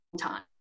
time